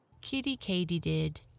Kitty-Katy-Did